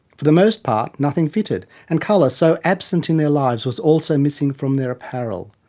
for the most part, nothing fitted and, colour, so absent in their lives, was also missing from their apparel.